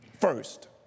First